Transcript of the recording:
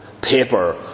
paper